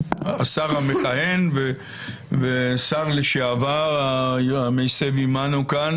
השר המכהן והשר לשעבר המסב עמנו כאן